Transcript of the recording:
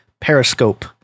Periscope